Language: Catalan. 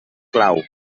clau